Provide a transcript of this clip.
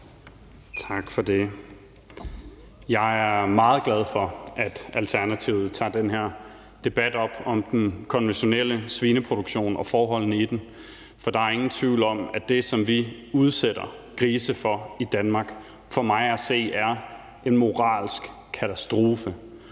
Tak for det. Jeg er meget glad for, at Alternativet tager den her debat op om den konventionelle svineproduktion og forholdene i den. For der er for mig at se ingen tvivl om, at det, som vi udsætter grise for i Danmark, er en moralsk katastrofe.